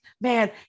man